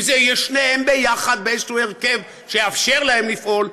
אם זה יהיה שניהם ביחד באיזשהו הרכב שיאפשר להם לפעול,